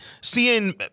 Seeing